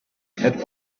had